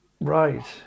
Right